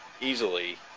easily